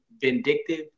vindictive